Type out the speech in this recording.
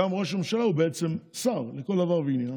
גם ראש הממשלה הוא בעצם שר לכל דבר ועניין,